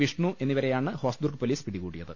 വിഷ്ണു എന്നിവരെയാണ് ഹോസ്ദുർഗ് പൊലീസ് പിടികൂടിയത്